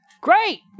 great